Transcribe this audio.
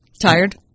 Tired